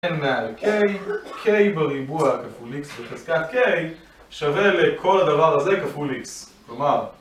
אין מעל k, k בריבוע כפול x בחזקת k שווה לכל הדבר הזה כפול x, כלומר